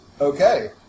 Okay